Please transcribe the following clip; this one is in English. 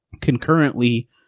concurrently